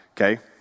Okay